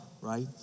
right